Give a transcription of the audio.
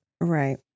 Right